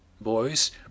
boys